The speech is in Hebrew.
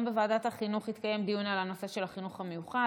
היום בוועדת החינוך התקיים דיון על הנושא של החינוך המיוחד,